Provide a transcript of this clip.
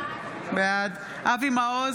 בעד אבי מעוז,